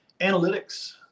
analytics